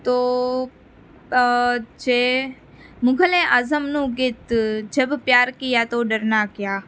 તો જે મુગલે આઝમનું ગીત જબ પ્યાર કિયા તો ડરના ક્યા